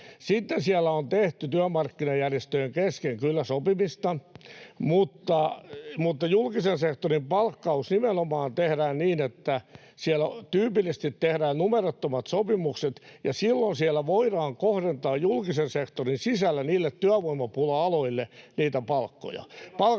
Sitten siellä on tehty työmarkkinajärjestöjen kesken kyllä sopimista, mutta julkisen sektorin palkkaus nimenomaan tehdään niin, että siellä tyypillisesti tehdään numerottomat sopimukset, ja silloin siellä voidaan kohdentaa julkisen sektorin sisällä niille työvoimapula-aloille niitä palkkoja,